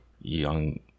young